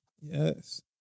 Yes